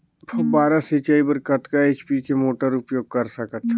फव्वारा सिंचाई बर कतका एच.पी के मोटर उपयोग कर सकथव?